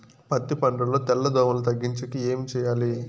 పత్తి పంటలో తెల్ల దోమల తగ్గించేకి ఏమి చేయాలి?